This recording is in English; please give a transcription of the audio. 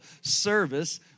service